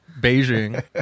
beijing